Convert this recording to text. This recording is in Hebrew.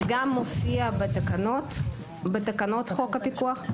וגם מופיע בתקנות חוק הפיקוח.